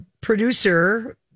producer